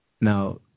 Now